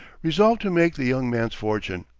resolved to make the young man's fortune.